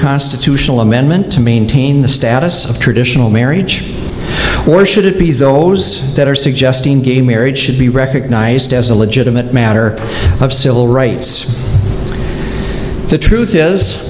constitutional amendment to maintain the status of traditional marriage or should it be those that are suggesting gay marriage should be recognized as a legitimate matter of civil rights the truth is